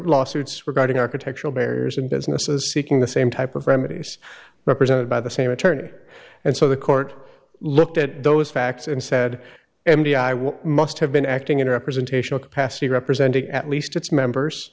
lawsuits regarding architectural barriers and businesses seeking the same type of remedies represented by the same attorney and so the court looked at those facts and said m d i will must have been acting in a representational capacity representing at least its members